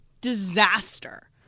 disaster